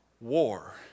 war